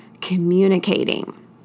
communicating